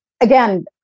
Again